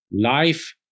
life